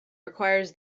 requires